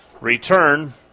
return